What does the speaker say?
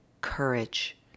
courage